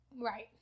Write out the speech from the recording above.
Right